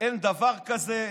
אין דבר כזה,